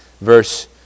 verse